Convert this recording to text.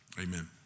Amen